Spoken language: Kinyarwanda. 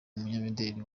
umunyamideri